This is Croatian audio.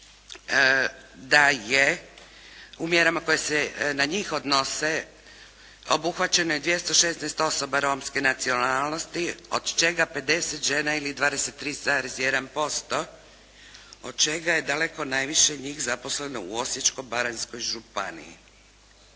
da je u mjerama koje se na njih odnose obuhvaćeno i 216 osoba romske nacionalnosti, od čega 50 žena ili 23,1%, od čega je daleko najviše njih zaposleno u Osječko-baranjskoj županiji